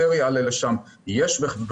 ולהעלות לשם מידע מצומצם הרבה יותר.